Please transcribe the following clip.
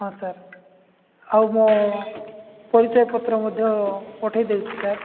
ହଁ ସାର୍ ଆଉ ମୋ ପରିଚୟ ପତ୍ର ମଧ୍ୟ ପଠେଇଦେଉଛି ସାର୍